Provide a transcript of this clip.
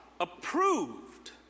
approved